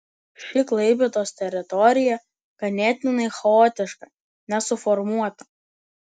ši klaipėdos teritorija ganėtinai chaotiška nesuformuota